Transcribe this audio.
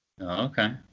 Okay